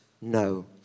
No